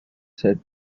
said